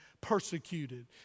persecuted